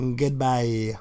goodbye